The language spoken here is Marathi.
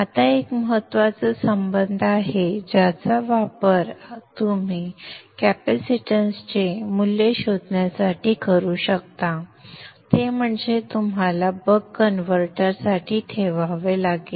आता हा एक महत्त्वाचा संबंध आहे ज्याचा वापर तुम्ही कॅपेसिटन्सचे मूल्य शोधण्यासाठी करू शकता जे तुम्हाला बक कन्व्हर्टर साठी ठेवावे लागेल